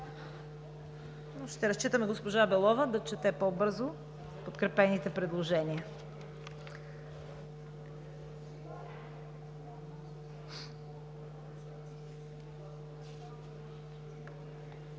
Ще разчитаме на госпожа Белова да чете по-бързо подкрепените предложения.